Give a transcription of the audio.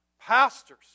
Pastors